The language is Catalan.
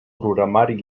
programari